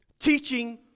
teaching